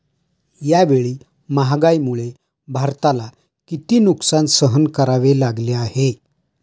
यावेळी महागाईमुळे भारताला किती नुकसान सहन करावे लागले आहे?